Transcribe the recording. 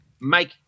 make